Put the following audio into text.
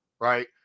right